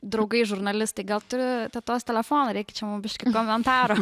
draugai žurnalistai gal turi tetos telefoną reikia čia mum biškį komentaro